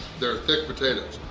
they're thick potatoes!